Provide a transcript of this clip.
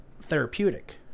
therapeutic